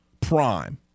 prime